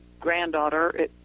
granddaughter